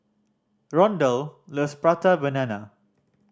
Rondal loves Prata Banana